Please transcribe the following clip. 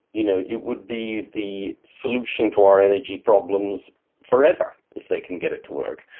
you know it would be the solution to our energy problems forever if they can get it to work.